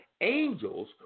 angels